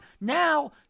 Now